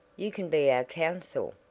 you can be our counsel.